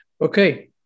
Okay